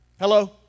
Hello